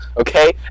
okay